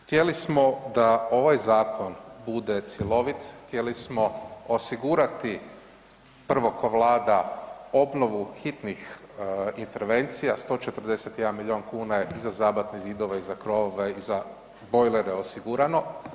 Htjeli smo da ovaj zakon bude cjelovit, htjeli smo osigurati prvo ko Vlada obnovu hitnih intervencija, 141 milijuna kuna je za zabatne zidove i za krovove i za bojlere osigurano.